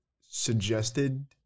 suggested